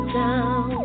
down